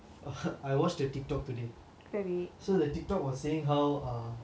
I watched the TikTok today so the TikTok was saying how ah